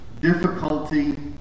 difficulty